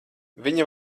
viņa